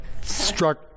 struck